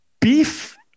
beef